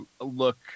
look